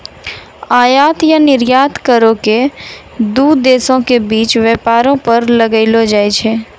आयात या निर्यात करो के दू देशो के बीच व्यापारो पर लगैलो जाय छै